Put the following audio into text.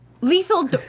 lethal